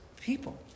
people